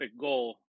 goal